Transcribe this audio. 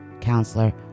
counselor